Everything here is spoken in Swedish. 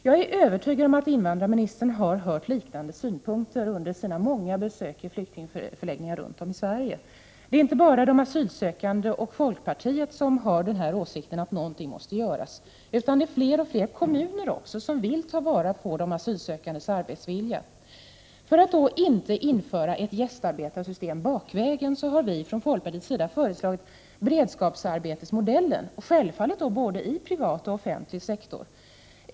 Jag är övertygad om att invandrarministern har hört liknande synpunkter under sina många besök i flyktingförläggningar runt om i Sverige. Det är inte bara de asylsökande och folkpartiet som har åsikten att någonting måste göras, utan också fler och fler kommuner vill ta vara på de asylsökandes arbetsvilja. För att då inte införa ett gästarbetarsystem bakvägen har vi från folkpartiets sida föreslagit beredskapsarbetsmodellen — självfallet i både privat och offentlig sektor.